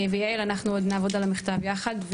ויעל, אנחנו עוד נעבוד על המכתב יחד.